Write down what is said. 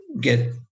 get